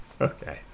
Okay